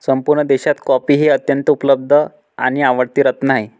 संपूर्ण देशात कॉफी हे अत्यंत उपलब्ध आणि आवडते रत्न आहे